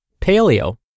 paleo